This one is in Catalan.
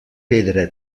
pedra